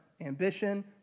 ambition